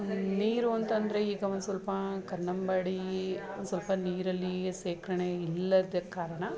ನೀರು ಅಂತ ಅಂದ್ರೆ ಈಗ ಒಂದ್ಸ್ವಲ್ಪ ಕನ್ನಂಬಾಡಿ ಒಂದ್ಸ್ವಲ್ಪ ನೀರು ಅಲ್ಲಿ ಶೇಖರ್ಣೆ ಇಲ್ಲದ ಕಾರಣ